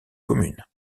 commune